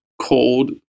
cold